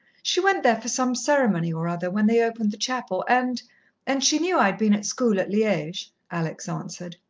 she went there for some ceremony or other when they opened the chapel, and and she knew i'd been at school at liege, alex answered.